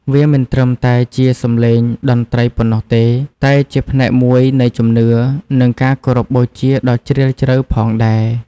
វាមិនត្រឹមតែជាសំឡេងតន្ត្រីប៉ុណ្ណោះទេ តែជាផ្នែកមួយនៃជំនឿ និងការគោរពបូជាដ៏ជ្រាលជ្រៅផងដែរ។